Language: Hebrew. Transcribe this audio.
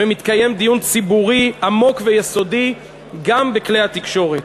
ומתקיים דיון ציבורי עמוק ויסודי גם בכלי התקשורת.